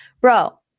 bro